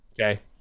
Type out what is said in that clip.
Okay